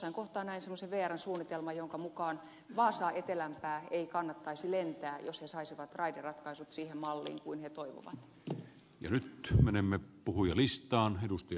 jossain kohtaa näin semmoisen vrn suunnitelman jonka mukaan vaasaa etelämmästä ei kannattaisi lentää jos vr saisi raideratkaisut siihen malliin kuin se toivoo